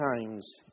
times